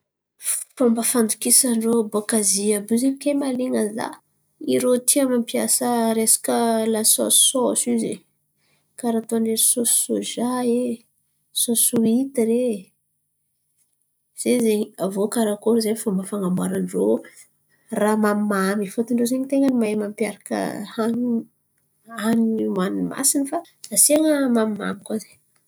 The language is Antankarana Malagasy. Fomba fandosin-drô baka azIa, àby io tain̈a mahalian̈a za irô tia mampiasa lasôsisôsy àby io zen̈y karà ataony sôsy sôza eh, sôsy hoitira. Aviô Karakory ze fomba fan̈aboaran-drô raha mamimamy fôtiny rô zen̈y tain̈a ny mahay mampiaraka an̈iny an̈iny hoanin̈y masin̈y nefa asian̈a mamimamy ze.